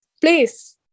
please